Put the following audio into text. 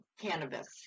cannabis